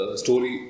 story